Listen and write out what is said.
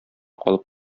калып